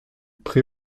pré